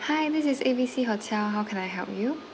hi this is A_B_C hotel how can I help you